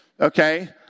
okay